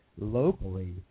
locally